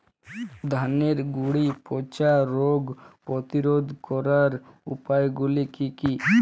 ধানের গুড়ি পচা রোগ প্রতিরোধ করার উপায়গুলি কি কি?